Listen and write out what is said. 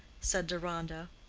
said deronda,